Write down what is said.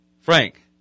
frank